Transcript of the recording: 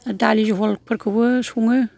दालि जहलफोरखौबो सङो